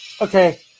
Okay